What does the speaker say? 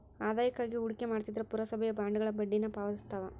ಆದಾಯಕ್ಕಾಗಿ ಹೂಡಿಕೆ ಮಾಡ್ತಿದ್ರ ಪುರಸಭೆಯ ಬಾಂಡ್ಗಳ ಬಡ್ಡಿನ ಪಾವತಿಸ್ತವ